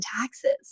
taxes